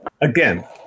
Again